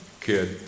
kid